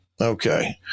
Okay